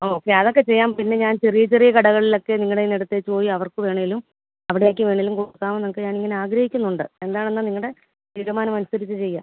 okay അതൊക്കെ ചെയ്യാം പിന്നെ ഞാൻ ചെറിയ ചെറിയ കടകളിലൊക്കെ നിങ്ങളുടെ കയ്യിൽ നിന്ന് എടുത്ത് പോയി അവർക്ക് വേണമെങ്കിലും അവിടേക്ക് വേണമെങ്കിലും കൊടുക്കാമെന്നൊക്കെ ഞാനിങ്ങനെ ആഗ്രഹിക്കുന്നുണ്ട് എന്താണെന്ന് നിങ്ങളുടെ തീരുമാനം അനുസരിച്ച് ചെയ്യാം